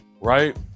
Right